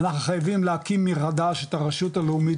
אנחנו חייבים להקים יחידה שאת הרשות הלאומית